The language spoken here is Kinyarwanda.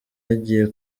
yagiye